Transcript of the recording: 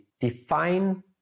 define